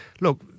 look